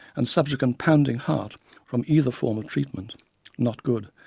and subsequent pounding heart from either form of treatment not good,